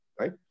right